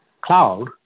cloud